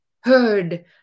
heard